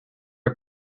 are